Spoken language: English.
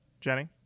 Jenny